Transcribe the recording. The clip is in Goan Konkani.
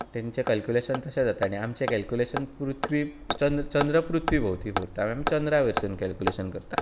तेंचें कॅल्कुलेशन तशें जाता आनी आमचें कॅल्कुलेशन पृथ्वी चंद्र पृथ्वी भोंवतणी घुंवता आमी चंद्रा वयर सावन कॅल्कुलेशन करतात